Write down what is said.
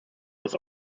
was